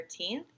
13th